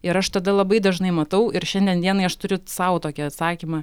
ir aš tada labai dažnai matau ir šiandien dienai aš turiu sau tokį atsakymą